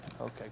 Okay